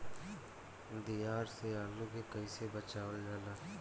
दियार से आलू के कइसे बचावल जाला?